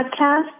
podcast